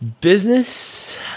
Business